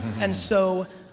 and so,